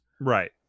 Right